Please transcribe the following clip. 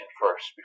first